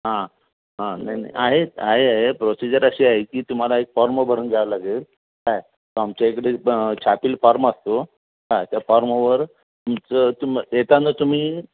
हां हां नाही नाही आहे आहे आहे प्रोसिजर अशी आहे की तुम्हाला एक फॉर्म भरून घ्यावं लागेल काय तो आमच्या इकडे छापील फार्म असतो काय त्या फॉर्मवर तुमचं तुम येताना तुम्ही